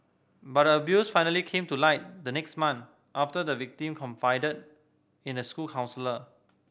but the abuse finally came to light the next month after the victim confided in a school counsellor